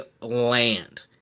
land